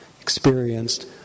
experienced